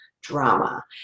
drama